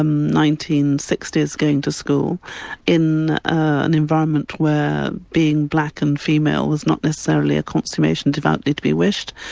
ah nineteen sixty s going to school in an environment where being black and female was not necessarily a consummation devoutly to be wished.